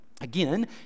Again